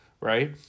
right